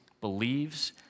believes